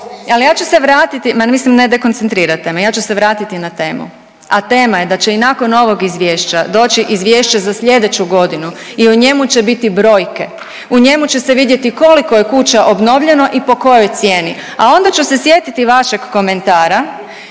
ne razumije/… …ma mislim ne dekoncentrirate me, ja ću se vratiti na temu, a tema je da će i nakon ovog izvješća doći izvješće za slijedeću godinu i u njemu će biti brojke, u njemu će se vidjeti koliko je kuća obnovljeno i po kojoj cijeni, a onda ću se sjetiti vašeg komentara